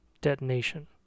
detonation